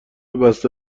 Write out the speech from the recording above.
بسته